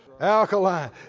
alkaline